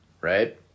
right